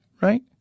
right